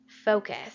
Focus